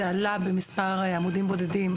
זה עלה במס' עמודים בודדים,